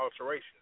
alterations